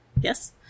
Yes